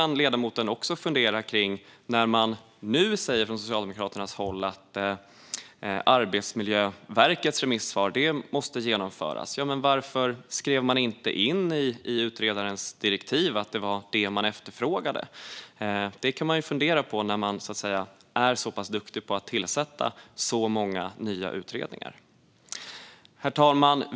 Nu säger man från Socialdemokraternas håll att Arbetsmiljöverkets remissvar måste genomföras. Varför skrev man då inte in i utredarens direktiv att det var detta man ville ha? Det kan man fundera på när man är så duktig på att tillsätta nya utredningar. Herr talman!